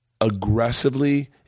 aggressively